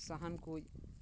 ᱥᱟᱦᱟᱱ ᱠᱩᱡ